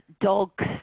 dogs